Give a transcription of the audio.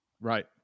right